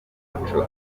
n’umuco